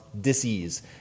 dis-ease